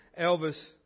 Elvis